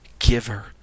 giver